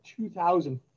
2004